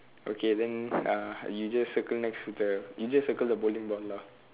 okay then uh you just circle next to the you just circle the bowling ball lah